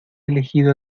elegido